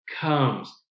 comes